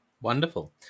wonderful